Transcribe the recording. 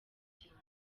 cyane